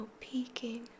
peeking